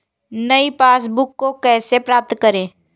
नई पासबुक को कैसे प्राप्त करें?